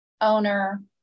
owner